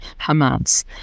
Hamas